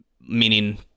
meaning